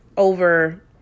over